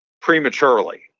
prematurely